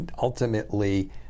ultimately